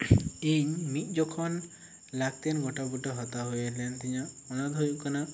ᱤᱧ ᱢᱤᱫ ᱡᱚᱠᱷᱚᱱ ᱞᱟᱹᱠᱛᱤᱭᱟᱱ ᱜᱷᱚᱴᱚᱜᱷᱚᱴᱟᱣ ᱦᱟᱛᱟᱣ ᱦᱩᱭ ᱞᱮᱱ ᱛᱤᱧᱟᱹ ᱚᱱᱟ ᱫᱚ ᱦᱩᱭᱩᱜ ᱠᱟᱱᱟ